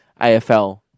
AFL